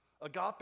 Agape